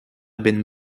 benn